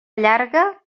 llarga